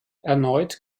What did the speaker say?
erneut